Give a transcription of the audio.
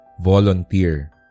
volunteer